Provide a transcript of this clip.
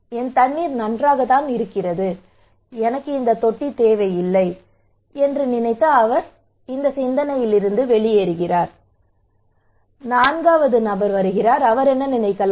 என் தண்ணீர் நன்றாக இருக்கிறது எனக்கு தொட்டி தேவையில்லை அதனால் அவர் வெளியேறுகிறார் நான்காவது நபர் நினைக்கலாம்